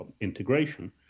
integration